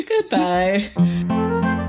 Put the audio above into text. Goodbye